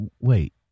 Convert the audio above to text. wait